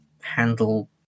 handle